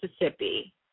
Mississippi